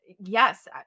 yes